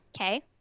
Okay